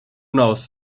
knows